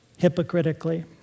hypocritically